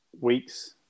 Weeks